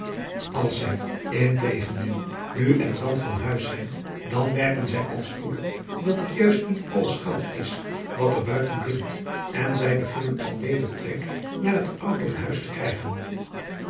als zij integengendeel nu en dan van huis zijn dan merken zij al spoedig dat het juist niet alles goud is wat er buiten blinkt en zij beginnen al weder trek naar het ouderlijk huis te krijgen